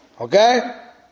Okay